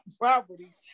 property